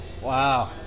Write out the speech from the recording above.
Wow